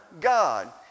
God